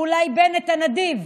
או אולי בנט הנדיב,